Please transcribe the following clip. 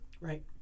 Right